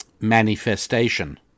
manifestation